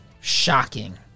Shocking